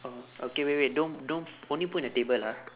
oh okay wait wait don't don't only put on the table ah